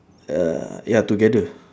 uh ya together